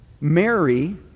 Mary